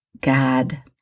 God